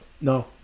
No